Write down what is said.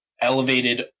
elevated